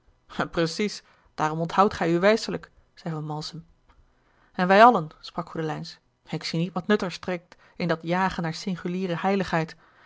precies daarom onthoudt gij u wijselijk zei van malsem en wij allen sprak goedelijns ik zie niet wat nut er steekt in dat jagen naar singuliere